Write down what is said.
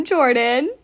Jordan